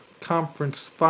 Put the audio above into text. conference